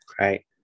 right